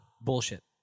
Bullshit